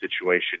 situation